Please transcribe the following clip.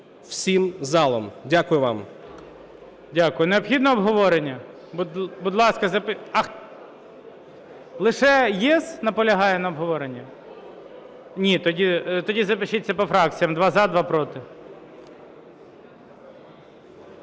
всім залом. Дякую вам.